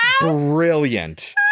brilliant